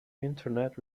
internet